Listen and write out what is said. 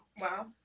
Wow